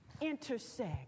intersect